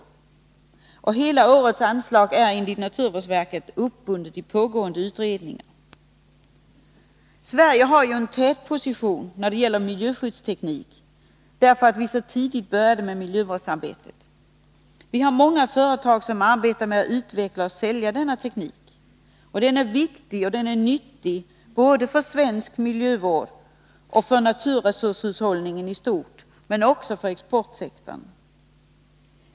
Enligt naturvårdsverket är det totala anslaget för innevarande år uppbundet i pågående utredningar. Sverige har en tätposition när det gäller miljöskyddsteknik, därför att vi så tidigt började med vårt miljövårdsarbete. Vi har många företag som arbetar med att utveckla och sälja denna teknik. Den är viktig och nyttig både för svensk miljövård och för naturresurshushållningen i stort men också för exportsektorn.